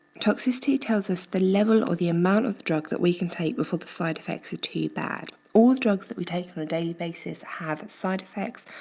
toxicity tells us the level or the amount of the drug that we can take before the side effects are too bad. all drugs that we take on a daily basis have side effects,